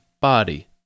Body